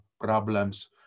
problems